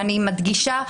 ואני מדגישה,